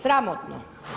Sramotno.